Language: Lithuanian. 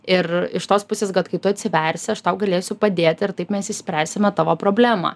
ir iš tos pusės kad kai tu atsiversi aš tau galėsiu padėt ir taip mes išspręsime tavo problemą